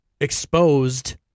exposed